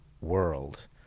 world